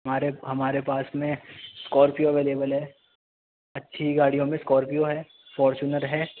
ہمارے ہمارے پاس میں اسکارپیو اویلیبل ہے اچھی گاڑیوں میں اسکارپیو ہے فارچونر ہے